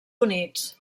units